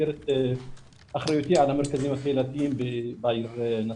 במסגרת אחריותי על המרכזים קהילתיים בעיר נצרת.